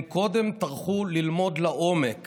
הם קודם טרחו ללמוד לעומק